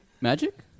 Magic